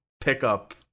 pickup